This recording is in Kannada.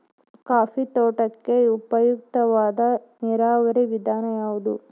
ಕಾಫಿ ತೋಟಕ್ಕೆ ಉಪಯುಕ್ತವಾದ ನೇರಾವರಿ ವಿಧಾನ ಯಾವುದು?